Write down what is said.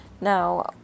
Now